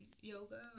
yoga